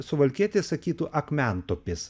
suvalkietis sakytų akmentupis